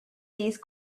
these